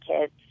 kids